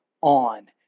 on